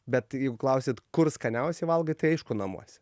bet jeigu klausit kur skaniausiai valgai tai aišku namuose